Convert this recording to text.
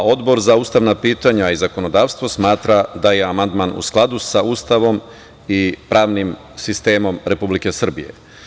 Odbor za ustavna pitanja i zakonodavstvo smatra da je amandman u skladu sa Ustavom i pravnim sistemom Republike Srbije.